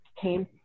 came